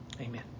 Amen